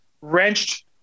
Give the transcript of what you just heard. wrenched